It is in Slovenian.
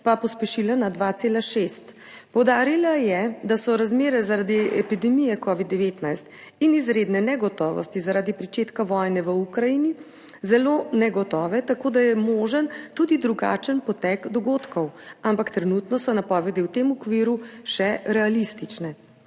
pa pospešila na 2,6. Poudarila je, da so razmere zaradi epidemije covida-19 in izredne negotovosti zaradi pričetka vojne v Ukrajini zelo negotove, tako da je možen tudi drugačen potek dogodkov, ampak trenutno so napovedi v tem okviru še realistične.